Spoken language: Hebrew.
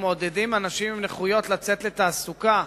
מעודדים אנשים עם נכות לצאת לתעסוקה.